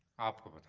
apple,